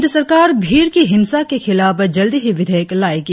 केंद्र सरकार भीड़ की हिंसा के खिलाफ जल्दी ही विधेयक लाएगी